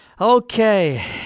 Okay